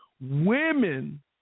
women